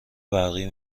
برقی